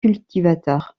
cultivateurs